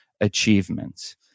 achievements